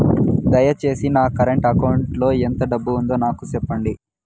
దయచేసి నా current account లో ఎంత డబ్బు ఉందో నాకు సెప్పండి